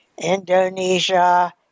Indonesia